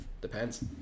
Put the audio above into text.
depends